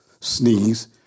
sneeze